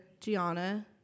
Gianna